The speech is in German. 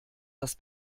das